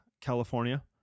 California